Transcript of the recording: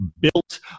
built